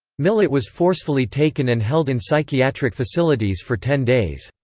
millett was forcefully taken and held in psychiatric facilities for ten days.